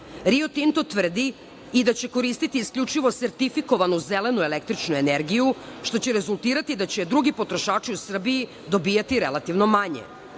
Tinto“ tvrdi i da će koristiti isključivo sertifikovanu zelenu električnu energiju, što će rezultirati da će drugi potrošači u Srbiji dobijati relativno manje.